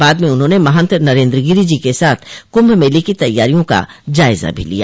बाद में उन्होंने महन्त नरेन्द्रगिरी जी के साथ कुम्भ मेंले की तैयारियों का जायजा भी लिया